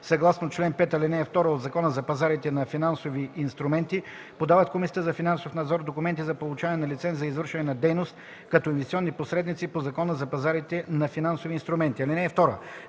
съгласно чл. 5, ал. 2 от Закона за пазарите на финансови инструменти, подават в Комисията за финансов надзор документи за получаване на лиценз за извършване на дейност като инвестиционни посредници по Закона за пазарите на финансови инструменти.